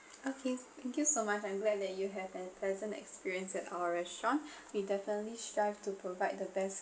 okay thank you so much I'm glad that you have a pleasant experience at our restaurant we definitely strive to provide the best